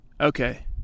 Okay